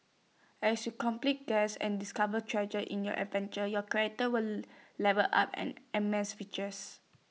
as you complete quests and discover treasures in your adventure your character will level up and amass riches